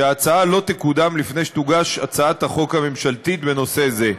שההצעה לא תקודם לפני שתוגש הצעת החוק הממשלתית בנושא זה.